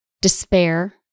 despair